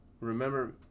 remember